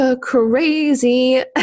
crazy